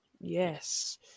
Yes